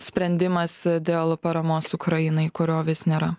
sprendimas dėl paramos ukrainai kurio vis nėra